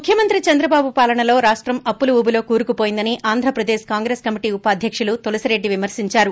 ముఖ్యమంత్రి చంద్రబాబు పాలనలో రాష్టం అప్పుల ఊబిలో కూరుకుపోయిందని ఆంధ్ర ప్రదేశ్ కాంగ్రెస్ కమిటీ ఉపాధ్యకులు తులసి రెడ్డి విమర్సించారు